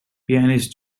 pianist